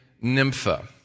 Nympha